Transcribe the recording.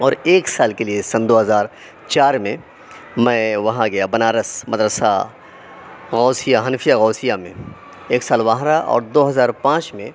اور ایک سال کے لیے سن دو ہزار چار میں میں وہاں گیا بنارس مدرسہ غوثیہ حنفیہ غوثیہ میں ایک سال وہاں رہا اور دو ہزار پانچ میں